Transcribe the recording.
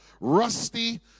rusty